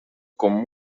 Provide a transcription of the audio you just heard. con